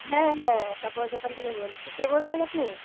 হ্যাঁ হ্যাঁ কাপড়ের দোকান থেকে বলছি কে বলছেন আপনি